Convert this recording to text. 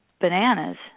bananas